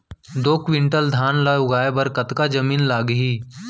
दो क्विंटल धान ला उगाए बर कतका जमीन लागही?